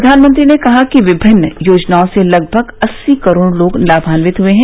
प्रधानमंत्री ने कहा कि विभिन्न योजनाओं से लगभग अस्सी करोड़ लोग लाभान्वित हुए हैं